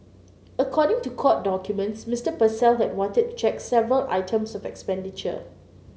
according to court documents Mister Purcell had wanted to check several items of expenditure